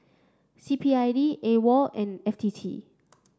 C P I D AWOL and F T T